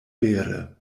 vere